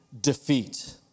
defeat